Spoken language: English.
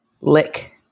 lick